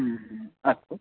अस्तु